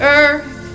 earth